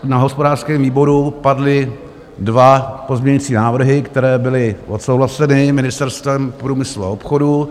Na hospodářském výboru padly dva pozměňovací návrhy, které byly odsouhlaseny Ministerstvem průmyslu a obchodu.